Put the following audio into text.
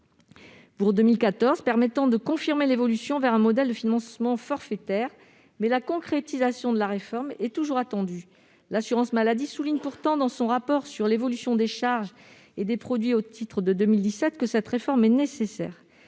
pour 2014. Elle a permis de confirmer l'évolution vers un modèle de financement forfaitaire, mais la concrétisation de cette réforme se fait encore attendre. L'assurance maladie le souligne pourtant dans son rapport sur l'évolution des charges et des produits au titre de 2017 : cette réforme est nécessaire,